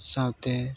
ᱥᱟᱶᱛᱮ